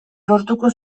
lortuko